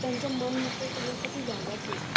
त्यांचं मन मोकळं करण्यासाठी जागाच नसतात